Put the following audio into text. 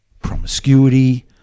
promiscuity